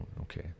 okay